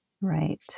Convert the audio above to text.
Right